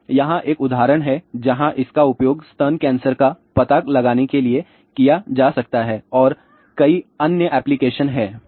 तो यहां एक उदाहरण है जहां इसका उपयोग स्तन कैंसर का पता लगाने के लिए किया जा सकता है और कई अन्य एप्लीकेशन हैं